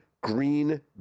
Green